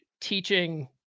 teaching